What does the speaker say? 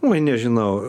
oi nežinau